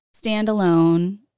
standalone